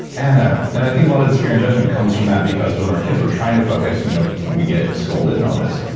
and ah and i think a lot of this fear and judgment comes from that, because when we're kids were trying to focus, you know, we get scolded and all this,